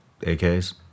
AKs